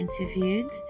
interviewed